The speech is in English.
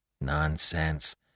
Nonsense